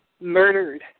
murdered